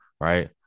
Right